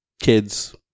kids